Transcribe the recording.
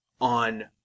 on